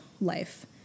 life